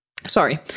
Sorry